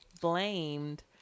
blamed